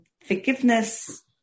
forgiveness